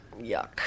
yuck